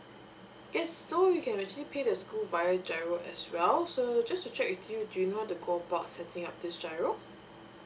yes so you can actually pay the school via G_I_R_O as well so just to check with you do you know how to go about setting up this G_I_R_O